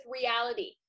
reality